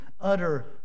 utter